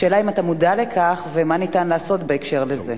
השאלה היא אם אתה מודע לכך ומה אפשר לעשות בהקשר הזה.